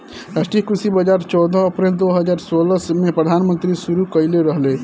राष्ट्रीय कृषि बाजार चौदह अप्रैल दो हज़ार सोलह में प्रधानमंत्री शुरू कईले रहले